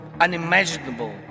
Unimaginable